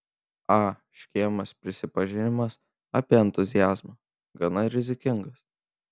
a škėmos prisipažinimas apie entuziazmą gana rizikingas